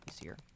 easier